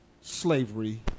slavery